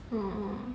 mm mm